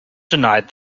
denied